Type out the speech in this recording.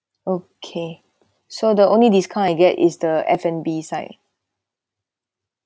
okay so the only discount I get is the F&B side